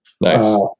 Nice